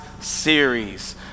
series